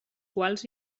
quals